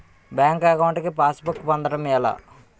Bank account కి passbook పొందడం ఎలా?